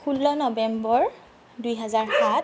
ষোল্ল নৱেম্বৰ দুহেজাৰ সাত